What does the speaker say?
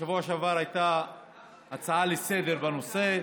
בשבוע שעבר הייתה הצעה לסדר-היום בנושא,